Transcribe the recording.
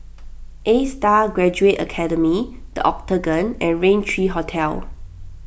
A Star Graduate Academy the Octagon and Raintr thirty three Hotel